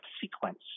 sequence